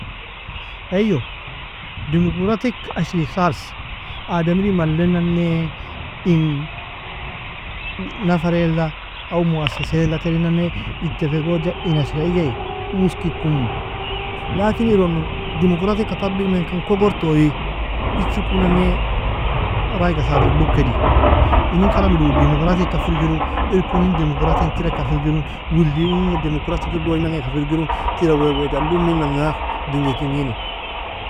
Eyo, democratik ashri khalsa, ademri malle nanne, in nafareila aw muasesaela terin nane itefegoja, in ashrea igei, uoski kumu, لكن ironon dimuqratika tabig menkan kogor toie ichikon nane raaiga sadri, dukedi inin karamido uui dimuqratika firgiru, Irkunin dimuqraatin kireka firgiru, wildiun gon democratikil dogndangeka firgiru, tira werweadan duminanga, dingi kignini.